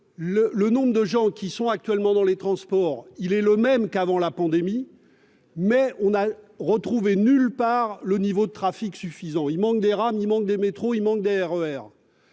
le nombre d'usagers des transports est le même qu'avant la pandémie, on n'a retrouvé nulle part le niveau de trafic suffisant : il manque des rames, il manque des métros, il manque des RER.